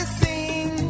sing